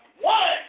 one